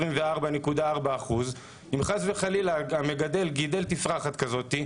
24.4%. אם חס וחלילה המגדל גידל תפרחת כזאת,